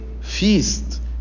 feast